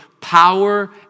power